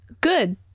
Good